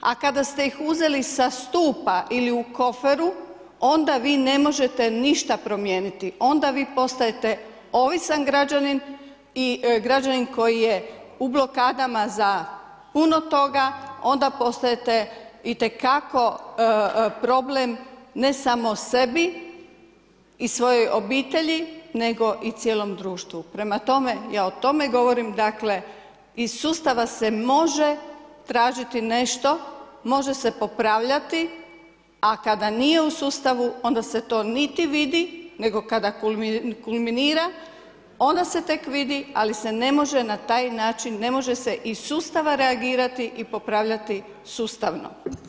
A kada ste ih uzeli sa stupa ili u koferu, onda vi ne možete ništa promijeniti, onda vi postajete ovisan građanin i građanin koji je u blokadama za puno toga, onda postajete itekako problem, ne samo sebi i svojoj obitelji, nego i cijelom društvu, prema tome, ja o tome govorim, iz sustava se može tražiti nešto, može se popravljati, a kada nije u sustavu onda se to niti vidi, nego kada kulminira, onda se tek vidi, ali se ne može na taj način, ne može se iz sustava reagirati i popravljati sustavno.